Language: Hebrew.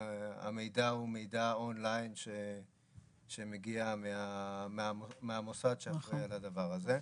המידע הוא מידע אונליין שמגיע מהמוסד שאחראי על הדבר הזה.